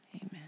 amen